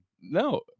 no